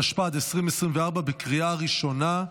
התשפ"ד 2024, בקריאה ראשונה.